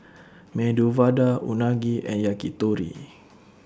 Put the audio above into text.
Medu Vada Unagi and Yakitori